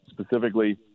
specifically